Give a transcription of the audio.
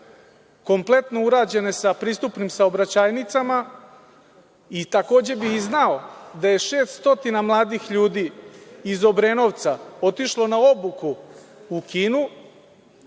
kompletno urađene sa pristupnim saobraćajnicama i takođe bi znao da je 600 mladih ljudi iz Obrenovca otišlo na obuku u Kinu,